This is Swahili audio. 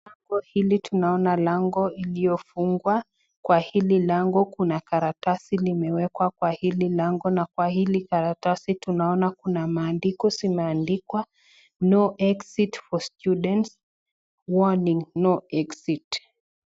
Lango hili tunaona lango lilofungwa, kwa hili lango kuna karatasi limewekwa kwa hili lango na hili karatasi tunaona kuna maandiko zimeandikwa no exit for students warning no exit .